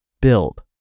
build